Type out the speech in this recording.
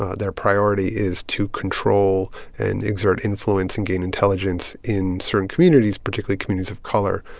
ah their priority is to control and exert influence and gain intelligence in certain communities, particularly communities of color.